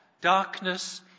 darkness